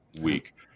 week